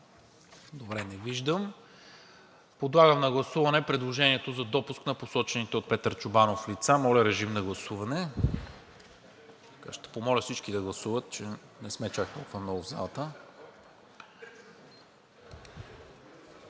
няма. Не виждам. Подлагам на гласуване предложението за допуск на посочените от Петър Чобанов лица. Моля, режим на гласуване – ще помоля всички да гласуват, не сме чак толкова много в залата.